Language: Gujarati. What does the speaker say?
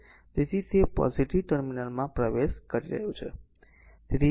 તેથી તે પોઝીટીવ ટર્મિનલમાં પ્રવેશ કરી રહ્યું છે